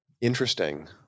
interesting